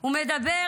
הוא מדבר